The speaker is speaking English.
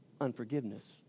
Unforgiveness